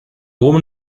woman